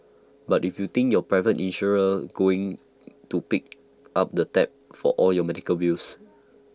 but if you think your private insurer's going to pick up the tab for all your medical bills